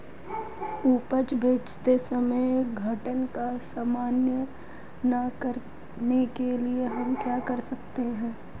उपज बेचते समय घाटे का सामना न करने के लिए हम क्या कर सकते हैं?